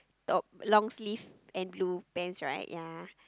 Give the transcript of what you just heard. top long sleeve and blue pants right